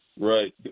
Right